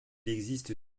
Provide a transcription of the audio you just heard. existe